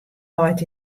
leit